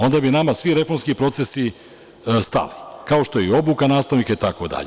Onda bi nama svi reformski procesi stali, kao što je i obuka nastavnika itd.